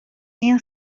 این